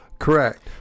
Correct